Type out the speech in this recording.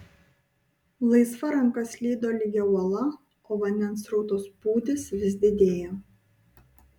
laisva ranka slydo lygia uola o vandens srauto spūdis vis didėjo